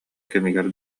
кэмигэр